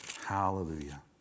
Hallelujah